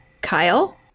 Kyle